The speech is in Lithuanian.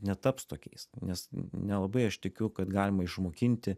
netaps tokiais nes nelabai aš tikiu kad galima išmokinti